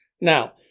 Now